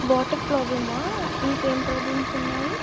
water ప్రాబ్లమా ఇంకేం problems ఉన్నాయి